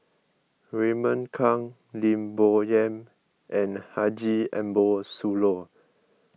Raymond Kang Lim Bo Yam and Haji Ambo Sooloh